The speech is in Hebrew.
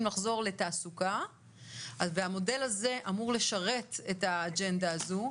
לחזור לתעסוקה והמודל הזה אמור לשרת את האג'נדה הזו.